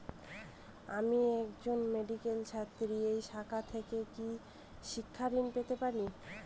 আমি একজন মেডিক্যাল ছাত্রী এই শাখা থেকে কি শিক্ষাঋণ পেতে পারি?